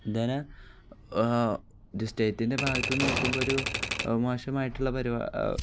ഇങ്ങനെ ഒരു സ്റ്റേറ്റിൻ്റെ ഭാഗത്ത് നോക്കുമ്പോൾ ഒരു മോശമായിട്ടുള്ള